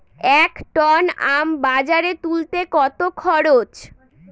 এক টন আম বাজারে তুলতে কত খরচ?